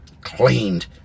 cleaned